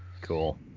Cool